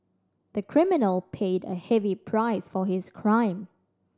the criminal paid a heavy price for his crime